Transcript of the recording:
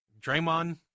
Draymond